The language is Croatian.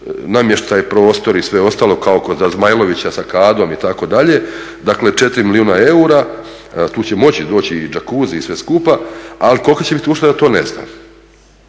namještaj, prostor i sve ostalo kao kod Zmajlovića sa kadom itd., dakle 4 milijuna eura, tu će moći doći i jacuzzi i sve skupa, ali kolika će biti ušteda to ne znam.